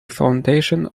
foundation